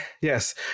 yes